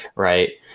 right?